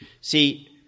See